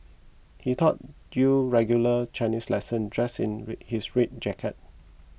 he taught you regular Chinese lesson dressed in red his red jacket